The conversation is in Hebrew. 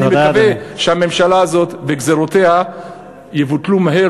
אני מקווה שהממשלה הזאת גזירותיה יבוטלו מהר,